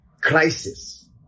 crisis